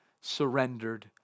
surrendered